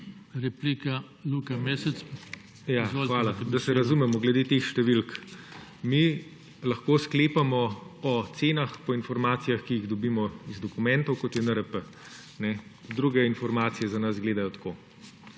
Levica):** Hvala. Da se razumemo glede teh številk. Mi lahko sklepamo o cenah po informacijah, ki ji dobimo iz dokumentov, kot je NRP. Druge informacije za nas gledajo tako.